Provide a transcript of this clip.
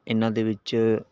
ਇਹਨਾਂ ਦੇ ਵਿੱਚ